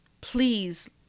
Please